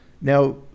Now